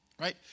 Right